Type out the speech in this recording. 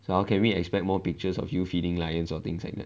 so how can we expect more pictures of you feeding lions or things like that